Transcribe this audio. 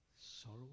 sorrow